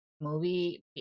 movie